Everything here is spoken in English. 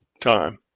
time